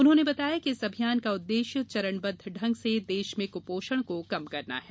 उन्होने बताया कि इस अभियान का उद्देश्य चरणबद्द ढंग से देश में कृपोषण को कम करना है